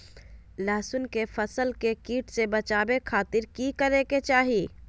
लहसुन के फसल के कीट से बचावे खातिर की करे के चाही?